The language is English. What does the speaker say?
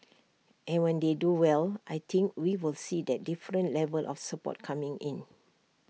and when they do well I think we will see that different level of support coming in